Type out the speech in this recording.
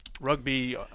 Rugby